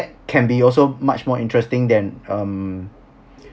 can be also much more interesting than um